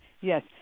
Yes